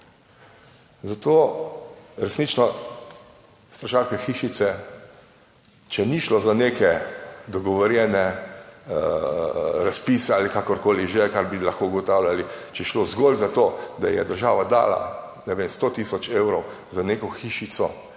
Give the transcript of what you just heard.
Zato, resnično, stražarske hišice, če ni šlo za neke dogovorjene razpise ali kakorkoli že, kar bi lahko ugotavljali, če je šlo zgolj za to, da je država dala ne vem, 100 tisoč evrov za neko hišico,